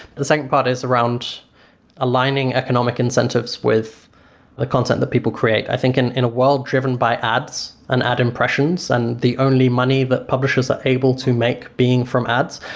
the second part is around aligning economic incentives with the content that people create. i think in in a world driven by ads and ad impressions and the only money that but publishers are able to make being from ads,